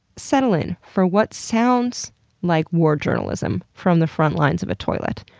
settle in for what sounds like war journalism from the front lines of a toilet.